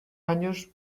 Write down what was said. años